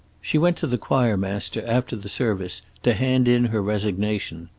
she went to the choir master after the service to hand in her resignation.